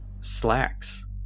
slacks